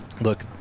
look